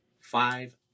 Five